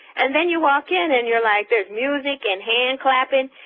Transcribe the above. and then you walk in and you're like, there's music and hand clapping,